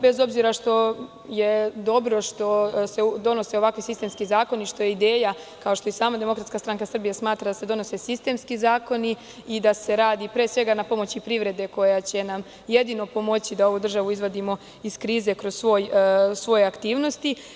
Bez obzira što je dobro što se donose ovakvi sistemski zakoni, što je ideja kao što i sama DSS smatra da se donose sistemski zakoni i da se radi pre svega na pomoći privrede koja će nam jedino pomoći da ovu državu izvadimo iz krize kroz svoje aktivnosti.